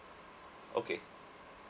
okay